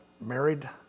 married